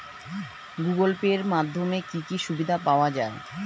Google Pay এর মাধ্যমে কি কি সুবিধা পাওয়া যায়?